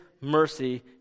mercy